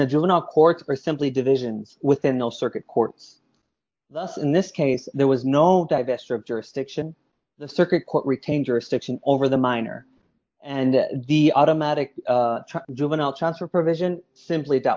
the juvenile courts are simply divisions within the circuit courts thus in this case there was no divestiture of jurisdiction the circuit court retain jurisdiction over the minor and the automatic juvenile transfer provision simply dealt